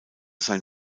sein